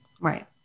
right